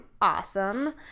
awesome